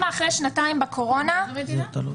למה אחרי שנתיים בקורונה --- איזו מדינה?